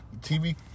TV